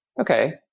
Okay